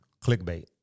Clickbait